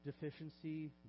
deficiency